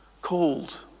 called